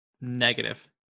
Negative